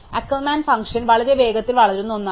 Ackermann function വളരെ വേഗത്തിൽ വളരുന്ന ഒന്നാണ്